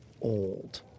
old